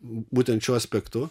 būtent šiuo aspektu